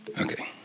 Okay